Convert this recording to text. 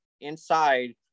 inside